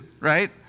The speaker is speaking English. right